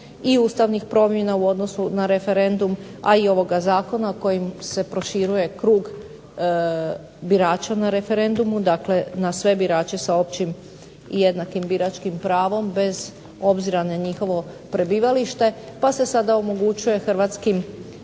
i ustavnih promjena u odnosu na referendum, a i ovoga zakona kojim se proširuje krug birača na referendumu. Dakle, na sve birače sa općim i jednakim biračkim pravom bez obzira na njihovo prebivalište, pa se sada omogućuje hrvatskim